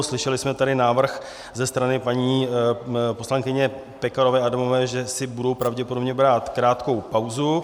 Slyšeli jsme tady návrh ze strany paní poslankyně Pekarové Adamové, že si budou pravděpodobně brát krátkou pauzu.